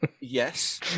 Yes